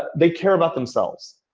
they care about themselves.